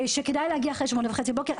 שכדאי להגיע אליו אחרי השעה שמונה וחצי בבוקר.